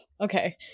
okay